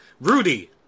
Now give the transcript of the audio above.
Rudy